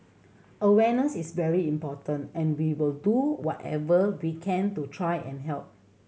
awareness is very important and we will do whatever we can to try and help